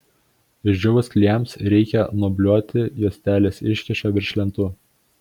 išdžiūvus klijams reikia nuobliuoti juostelės iškyšą virš lentų